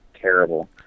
terrible